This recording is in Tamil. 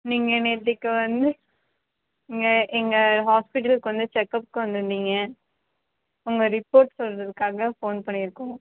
நீங்கள் நேற்றிக்கு வந்து இங்கே எங்கள் ஹாஸ்பிடலுக்கு வந்து செக்கப்க்கு வந்துருந்தீங்க உங்கள் ரிப்போட் சொல்லுறதுக்காக ஃபோன் பண்ணிருக்கோம்